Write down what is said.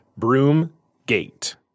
Broomgate